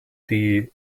die